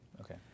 okay